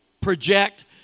project